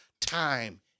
time